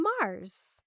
Mars